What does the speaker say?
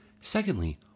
Secondly